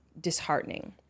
disheartening